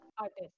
artist